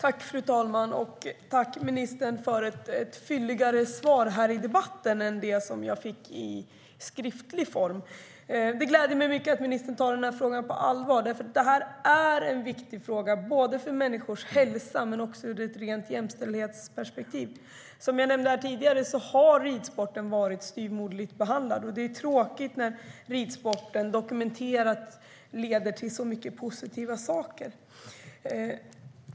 Fru talman! Tack, ministern, för ett fylligare svar än det som jag fick i skriftlig form. Det gläder mig mycket att ministern tar frågan på allvar. Det är en viktig fråga vad gäller människors hälsa och också ur ett jämställdhetsperspektiv. Som jag nämnde tidigare har ridsporten varit styvmoderligt behandlad. Det är tråkigt eftersom det är dokumenterat att ridsporten leder till många positiva saker.